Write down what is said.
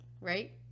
right